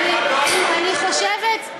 אני חושבת,